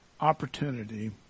opportunity